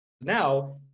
now